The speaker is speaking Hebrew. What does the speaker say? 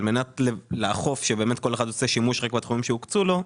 על מנת לאכוף שבאמת כל אחד עושה שימוש בתחומים שהוקצו לו,